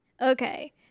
Okay